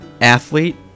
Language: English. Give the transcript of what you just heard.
Athlete